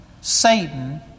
Satan